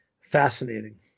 Fascinating